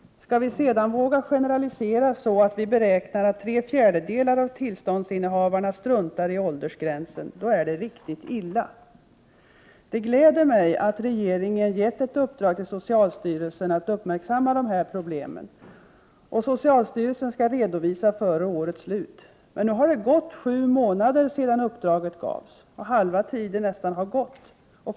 Skall vi sedan våga generalisera så att vi beräknar att tre fjärdedelar av tillståndsinnehavarna struntar i åldersgränsen, då är det riktigt illa. Det gläder mig att regeringen har gett ett uppdrag till socialstyrelsen att uppmärksamma de här problemen. Socialstyrelsen skall lämna en redovisning före årets slut. Men nu är det sju månader sedan uppdraget gavs, och halva tiden har gått.